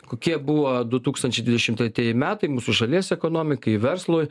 kokie buvo du tūkstančiai dvidešim tretieji metai mūsų šalies ekonomikai verslui